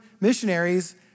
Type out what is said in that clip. missionaries